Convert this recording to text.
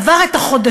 עבר את החודשים,